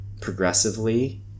progressively